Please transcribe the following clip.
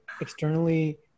externally